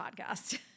podcast